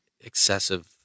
excessive